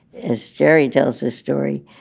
as jerry tells this story.